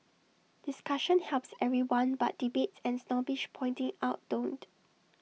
discussion helps everyone but debates and snobbish pointing out don't